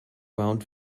round